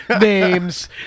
names